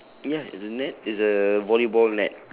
ya it's the net is a volleyball net